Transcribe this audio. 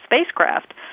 spacecraft